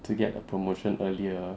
to get a promotion earlier